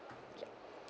yup